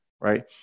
right